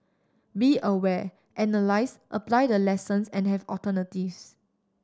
be aware analyse apply the lessons and have alternatives